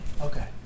Okay